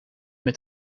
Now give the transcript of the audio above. met